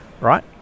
right